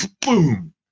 Boom